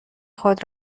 خود